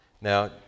Now